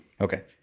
Okay